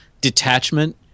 detachment